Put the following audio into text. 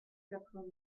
quatre